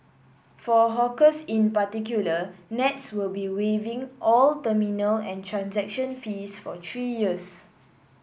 for hawkers in particular Nets will be waiving all terminal and transaction fees for three years